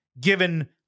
given